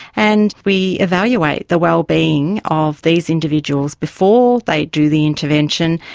and we evaluate the wellbeing of these individuals before they do the intervention,